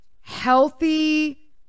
healthy